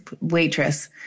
waitress